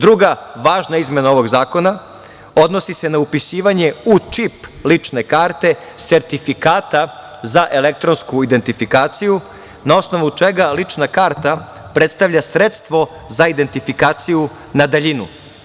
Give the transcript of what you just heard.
Druga važna izmena ovog zakona, odnosi se na upisivanje u čip lične karte sertifikata za elektronsku identifikaciju na osnovu čega lična karta predstavlja sredstvo za identifikaciju na daljinu.